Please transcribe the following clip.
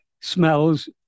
smells